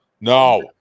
No